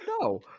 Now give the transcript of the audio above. No